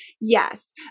Yes